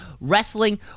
wrestling